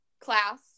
class